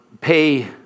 pay